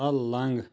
پلنٛگ